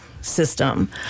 system